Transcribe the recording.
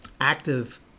active